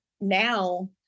now